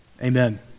Amen